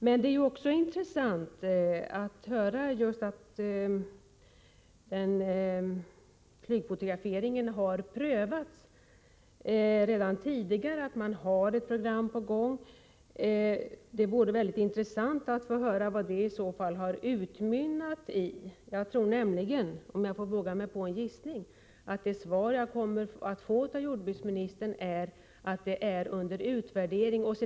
Men det är också intressant att höra att flygfotografering har prövats redan tidigare och att man har ett program på gång. Det vore mycket intressant att få höra vad det har utmynnat i. Jag tror nämligen — om jag får våga mig på en gissning — att det svar jag kommer att få av jordbruksministern är att detta är under utvärdering.